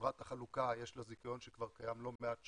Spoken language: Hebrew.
ולחברת החלוקה יש זיכיון שכבר קיים לא מעט שנים,